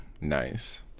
nice